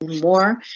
more